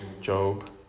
Job